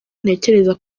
ntekereza